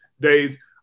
days